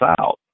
South